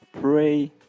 pray